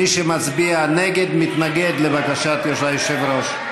מי שמצביע נגד, מתנגד לבקשת היושב-ראש.